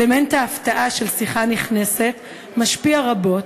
אלמנט ההפתעה של שיחה נכנסת משפיע רבות,